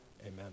Amen